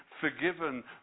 forgiven